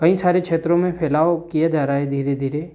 कई सारे क्षेत्रों में फैलाव किया जा रहा है धीरे धीरे